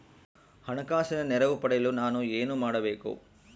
ಹಣಕಾಸಿನ ನೆರವು ಪಡೆಯಲು ನಾನು ಏನು ಮಾಡಬೇಕು?